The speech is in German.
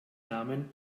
namen